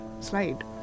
slide